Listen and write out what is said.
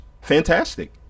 fantastic